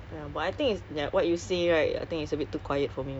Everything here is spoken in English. there's not much people in the M_R_T